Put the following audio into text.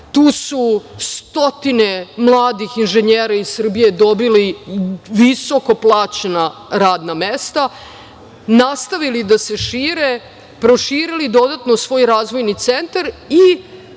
Tu su stotine mladih inženjera iz Srbije dobili visoko plaćena radna mesta, nastavili da se šire, proširili dodatno svoj razvojni centar i